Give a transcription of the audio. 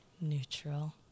neutral